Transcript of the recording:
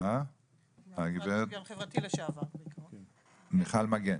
מיכל מגן.